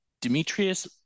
Demetrius